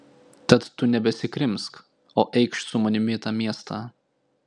tad tu nebesikrimsk o eikš su manimi į tą miestą